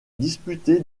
disputé